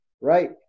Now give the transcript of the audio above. Right